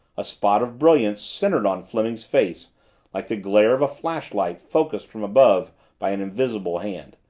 a spot of brilliance centered on fleming's face like the glare of a flashlight focused from above by an invisible hand.